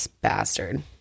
Bastard